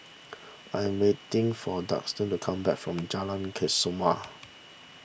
I am waiting for Daulton to come back from Jalan Kesoma